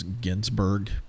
Ginsberg